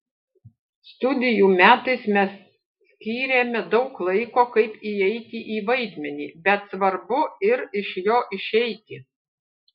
studijų metais mes skyrėme daug laiko kaip įeiti į vaidmenį bet svarbu ir iš jo išeiti